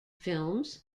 films